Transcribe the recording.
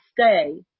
stay